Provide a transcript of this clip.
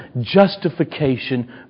justification